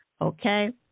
okay